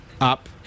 up